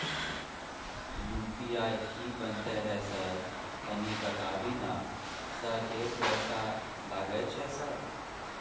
UPI की बनते है सर तनी बता भी ना सर एक पैसा लागे छै सर?